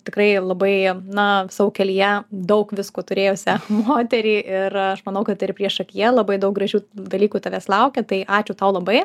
tikrai labai na savo kelyje daug visko turėjusią moterį ir aš manau kad ir priešakyje labai daug gražių dalykų tavęs laukia tai ačiū tau labai